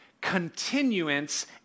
continuance